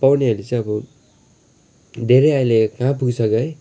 पाउनेहरूले चाहिँ अब धेरै अहिले कहाँ पुगिसक्यो है